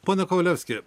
pone kovalevski